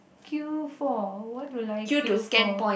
queue for what would I queue for